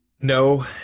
No